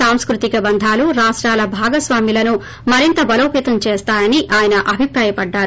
సాంస్పుతిక బంధాలు రాష్టాల భాగస్వామ్యలను మరింత బలోపతం చేస్తాయని ఆయన అభిప్రాయపడ్డారు